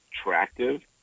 attractive